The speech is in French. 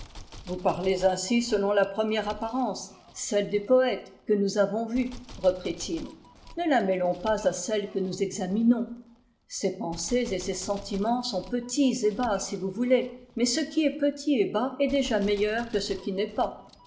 vous parlez ainsi selon la première apparence celle des poètes que nous avons vue reprit-il ne la mêlons pas à celle que nous examinons ces pensées et ces sentiments sont petits et bas si vous voulez mais ce qui est petit et bas est déjà meilleur que ce qui n'est pas